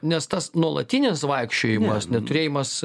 nes tas nuolatinis vaikščiojimas neturėjimas